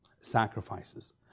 sacrifices